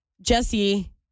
Jesse